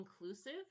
inclusive